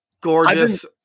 gorgeous